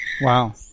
Wow